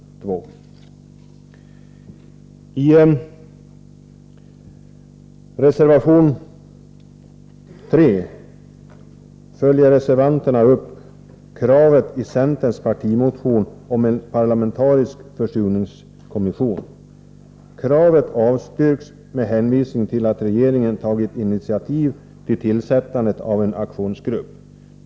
I reservation 3 följer reservanterna upp kravet i centerns partimotion om en parlamentarisk försurningskommission. Kravet avstyrks med hänvisning till att regeringen tagit initiativ till tillsättandet av en aktionsgrupp.